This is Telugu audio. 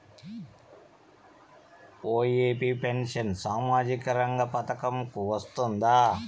ఒ.ఎ.పి పెన్షన్ సామాజిక రంగ పథకం కు వస్తుందా?